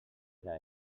era